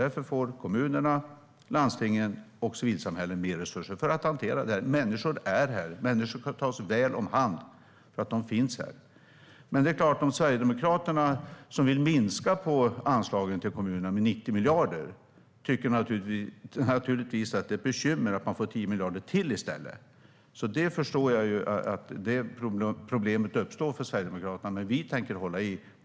Därför får kommunerna, landstingen och civilsamhället mer resurser för att hantera det här. Människor är här. Människor som finns här ska tas väl omhand. Sverigedemokraterna, som vill minska anslagen till kommunerna med 90 miljarder, tycker naturligtvis att det är ett bekymmer att de i stället får 10 miljarder till. Jag förstår att det problemet uppstår för Sverigedemokraterna. Men vi tänker hålla i detta.